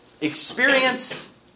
Experience